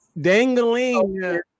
dangling